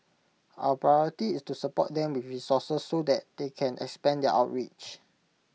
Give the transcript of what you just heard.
our priority is to support them with resources so that they can expand their outreach